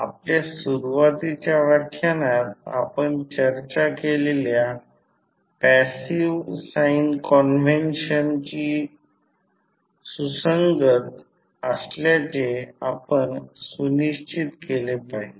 आपल्या सुरुवातीच्या व्याख्यानात आपण चर्चा केलेल्या पॅसिव्ह साइन कॉन्व्हेंशन शी सुसंगत असल्याचे आपण सुनिश्चित केले पाहिजे